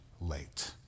late